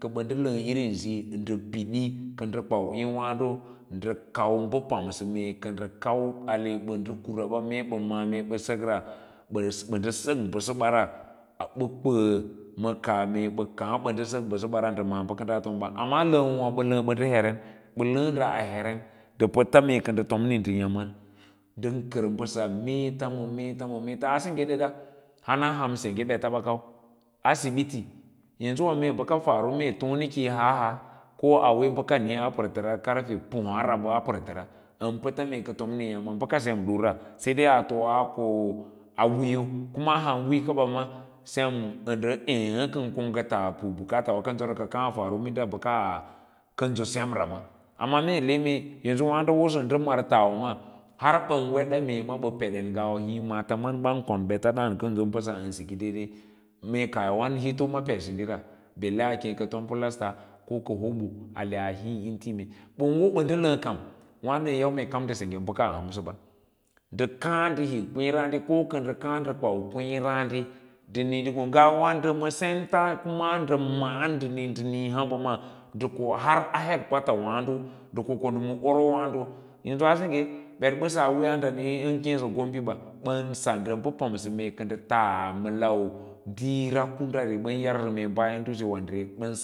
A lag bir siyi nda pidi nda kwau eewaa nda kau b aba pamsa mee ka nda kau ale ba kura mee ba ma’a mee ba sakra bad nda sak basa bara ba kwa ma kaah mee ba ka aba nda sak basabara nda baka daa tomba amma laawowa ba laz ban da heren ba laa nda a hern nda pats mee ka nda tomni nda yama ndan kar mbasa meeta ma meets ma meets a sengge dada hana ham sengge bets ba kau asibiti yanzu baka farm mee tone yika haa haa ko auwe baka niiya partana karfe pu ahtaa rab a partns an pats mee ka tom ni a ya ma asibiti sem dura said ai a woa toa ko awiiyo kura han awiyy o ba maa sem a nda aa kanga nga ko laa kwan butakawa kansora minda waso waado wosa wo nda mar ta wa maa har ban wede mee ba peden ngawa hii maataman ban kon kono bets daan kanso bas an siki dai dai, mee kaah kawan hito ped hindira balle a kem ka tom paasa ko ba hobo ale a hii intii ban wo ban da laa kam wano nan mee nda kaa nda rok kweerade kuna nda kwau lweeraade nda nii, ngwa maa nda ma sants kuma ndan maa nda nii nda nii hambamaa nda koa ko ma orwaado yanzu a senge bets bas wiimaado an kei comciba ban sa ba pamsa mee kam kanda tas ma lau diira kundara ban yausa mee bayan dutsewa